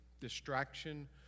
distraction